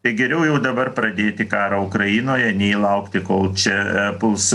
tai geriau jau dabar pradėti karą ukrainoje nei laukti kol čia puls